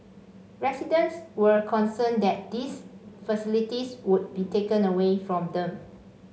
residents were concerned that these facilities would be taken away from them